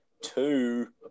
two